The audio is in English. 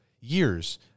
years